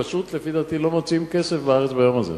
פשוט, לפי דעתי, לא מוציאים כסף בארץ ביום הזה.